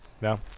No